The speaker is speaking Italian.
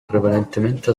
prevalentemente